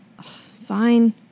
Fine